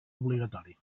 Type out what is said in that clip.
obligatori